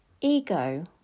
ego